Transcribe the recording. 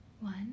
One